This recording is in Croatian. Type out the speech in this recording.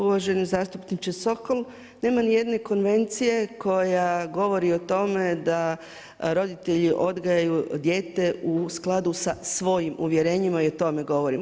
Uvaženi zastupniče Sokol, nema ni jedne konvencije koja govori o tome da roditelji odgajaju dijete u skladu sa svojim uvjerenjima i o tome govorimo.